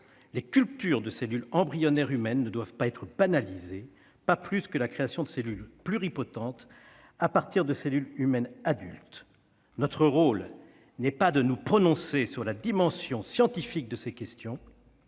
Les cultures de cellules embryonnaires humaines ne doivent pas être banalisées, pas plus que la création de cellules pluripotentes à partir de cellules humaines adultes. Notre rôle n'est pas de nous prononcer sur la dimension scientifique de ces questions,